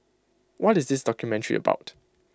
what is this documentary about